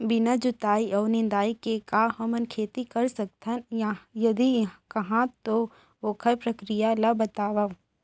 बिना जुताई अऊ निंदाई के का हमन खेती कर सकथन, यदि कहाँ तो ओखर प्रक्रिया ला बतावव?